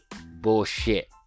bullshit